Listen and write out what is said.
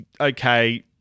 okay